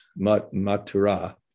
Matura